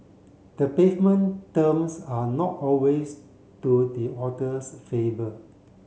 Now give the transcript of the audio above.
the pavement terms are not always to the author's favour